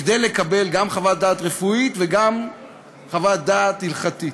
כדי לקבל גם חוות דעת רפואית וגם חוות דעת הלכתית.